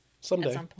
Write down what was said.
someday